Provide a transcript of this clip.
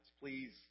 Please